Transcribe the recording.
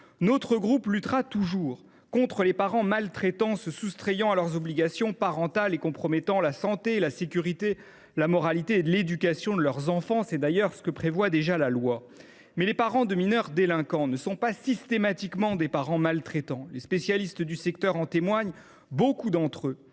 Notre groupe luttera toujours contre les parents maltraitants, qui se soustraient à leurs obligations parentales et compromettent la santé, la sécurité, la moralité et l’éducation de leurs enfants. La loi prévoit d’ailleurs déjà de sanctionner ces comportements. Toutefois, les parents de mineurs délinquants ne sont pas systématiquement des parents maltraitants. Les spécialistes du secteur en témoignent : nombre d’entre eux